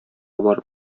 барып